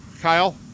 Kyle